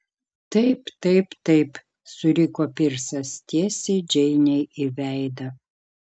taip taip taip suriko pirsas tiesiai džeinei į veidą